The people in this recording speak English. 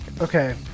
Okay